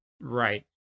Right